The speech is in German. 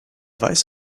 weiß